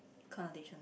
connotation